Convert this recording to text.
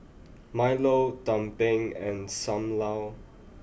Milo Tumpeng and Sam Lau